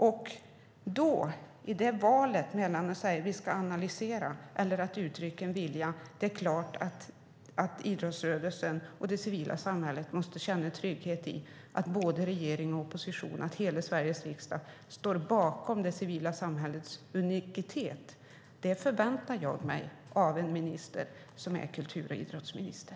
Det finns ett val mellan att säga att vi ska analysera och att uttrycka en vilja och säga: Det är klart att idrottsrörelsen och det civila samhället måste känna en trygghet i att både regering och opposition och hela Sveriges riksdag står bakom det civila samhällets unicitet. Det förväntar jag mig av en minister som är kultur och idrottsminister.